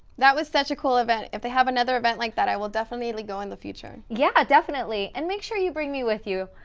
that was such a cool event. if they have another event like that, i will definitely go in the future! yeah definitely, and make sure you bring me with you.